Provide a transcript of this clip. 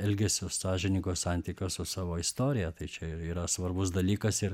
elgesio sąžiningo santykio su savo istorija tai čia yra svarbus dalykas ir